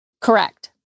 Correct